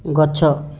ଗଛ